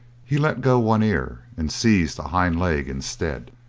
he let go one ear and seized a hind leg instead,